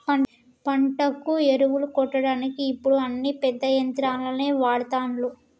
పంటకు ఎరువులు కొట్టడానికి ఇప్పుడు అన్ని పెద్ద యంత్రాలనే వాడ్తాన్లు